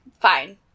fine